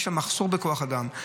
יש מחסור בכוח אדם,